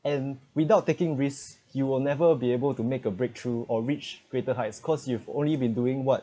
and without taking risks you will never be able to make a breakthrough or reach greater heights cause you've only been doing what